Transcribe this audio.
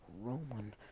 Roman